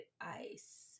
ice